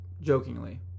jokingly